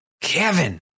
Kevin